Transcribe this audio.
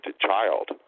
child